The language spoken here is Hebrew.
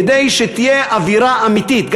כדי שתהיה אווירה אמיתית,